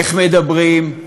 איך מדברים,